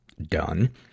done